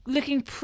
looking